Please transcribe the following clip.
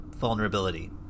vulnerability